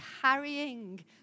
carrying